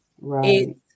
Right